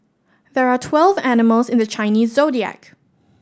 there are twelve animals in the Chinese Zodiac